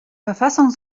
verfassung